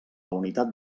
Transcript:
unitat